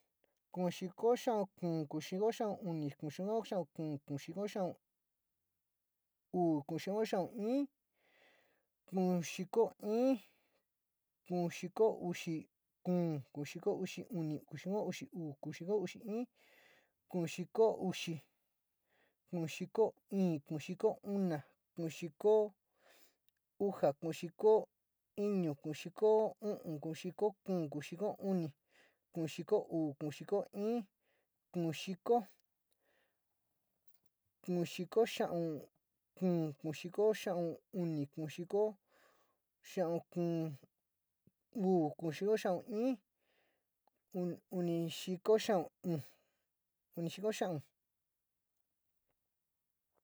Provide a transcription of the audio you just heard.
Kuu xíko xíau kuu, kuu xíko xíau uni, kuu xíko xíau kuu, kuu xíko xíau i, kuu xíko í, kuu xíko úxi kuu, kuu xíko úxiuni, kuu xíko una, kuu xíko úxi i, kuu xíko úxi uu, kuu xíko íni, kuu xíko uu, kuu xíko xíau, kuu xíko xíau i, kuu xíko xíau uu, kuu xíko xíau uní, uni xíko xíau i, uni xíko xíau.